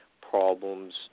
problems